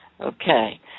Okay